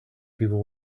people